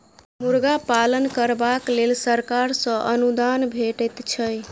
मुर्गा पालन करबाक लेल सरकार सॅ अनुदान भेटैत छै